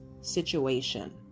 situation